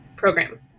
program